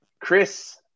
Chris